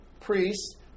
priests